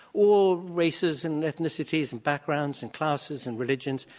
all races and ethnicities and backgrounds and classes and religions.